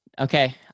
Okay